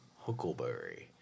Huckleberry